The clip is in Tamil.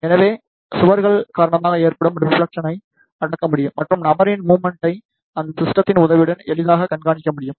எனவே சுவர்கள் காரணமாக ஏற்படும் ரெப்ளக்ஸனை அடக்க முடியும் மற்றும் நபரின் முவ்மண்ட்டை இந்த சிஸ்டத்தின் உதவியுடன் எளிதாகக் கண்காணிக்க முடியும்